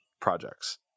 projects